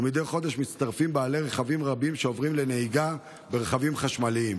ומדי חודש מצטרפים בעלי רכבים רבים שעוברים לנהיגה ברכבים חשמליים.